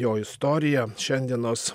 jo istorija šiandienos